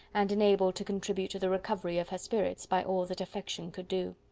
and enabled to contribute to the recovery of her spirits, by all that affection could do.